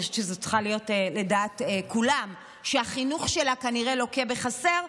אני חושבת שזה צריך להיות לדעת כולם שהחינוך שלה כנראה לוקה בחסר,